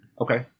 Okay